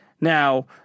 Now